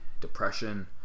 depression